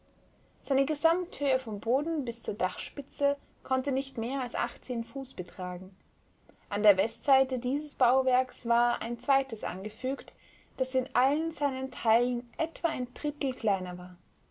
seine gesamthöhe vom boden bis zur dachspitze konnte nicht mehr als achtzehn fuß betragen an der westseite dieses bauwerks war ein zweites angefügt das in allen seinen teilen etwa ein drittel kleiner war